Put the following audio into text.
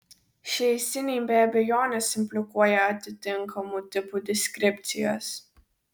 šie esiniai be abejonės implikuoja atitinkamų tipų deskripcijas